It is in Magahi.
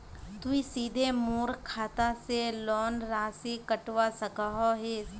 तुई सीधे मोर खाता से लोन राशि कटवा सकोहो हिस?